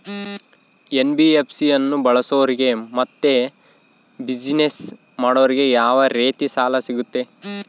NBFC ಅನ್ನು ಬಳಸೋರಿಗೆ ಮತ್ತೆ ಬಿಸಿನೆಸ್ ಮಾಡೋರಿಗೆ ಯಾವ ರೇತಿ ಸಾಲ ಸಿಗುತ್ತೆ?